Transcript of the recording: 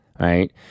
Right